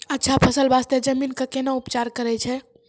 अच्छा फसल बास्ते जमीन कऽ कै ना उपचार करैय छै